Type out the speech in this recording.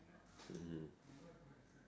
mmhmm